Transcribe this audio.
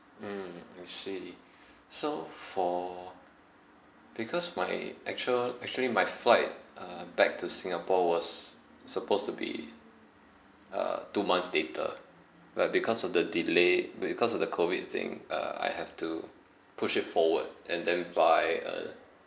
mm I see so for because my actual actually my flight uh back to singapore was supposed to be uh two months later but because of the delay because of the COVID thing uh I have to push it forward and then buy uh